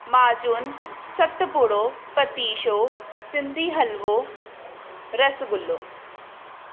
माजून सतपूड़ो पतीशो सिंधी हलवो रसगुल्लो